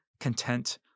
Content